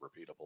repeatable